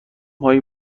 هایی